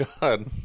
god